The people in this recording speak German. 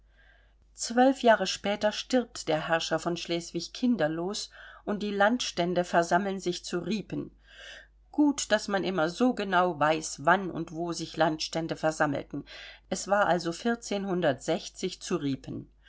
zwölf jahre später stirbt der herrscher von schleswig kinderlos und die landstände versammeln sich zu ripen gut daß man immer so genau weiß wann und wo sich landstände versammelten es war also zu ripen